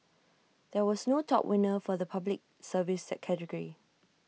there was no top winner for the Public Service category